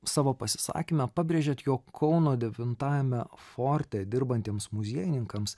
savo pasisakyme pabrėžėt jog kauno devintajame forte dirbantiems muziejininkams